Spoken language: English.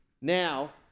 Now